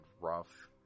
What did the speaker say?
rough